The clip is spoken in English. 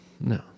no